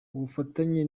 ubufatanye